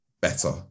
Better